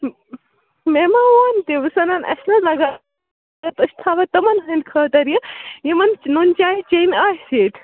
مےٚ ما ووٚن تہِ بہٕ چھَس وَنان اَسہِ چھِنا لَگان أسۍ تھاوَے تِمَن ہٕنٛدۍ خٲطٕر یہِ یِمَن نُن چاے چیٚنۍ آسہِ ییٚتہِ